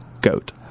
goat